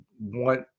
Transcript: want